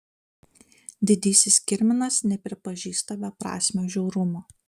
didysis kirminas nepripažįsta beprasmio žiaurumo